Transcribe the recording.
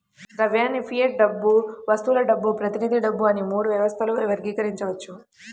ద్రవ్యాన్ని ఫియట్ డబ్బు, వస్తువుల డబ్బు, ప్రతినిధి డబ్బు అని మూడు వ్యవస్థలుగా వర్గీకరించవచ్చు